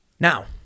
Now